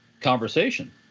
conversation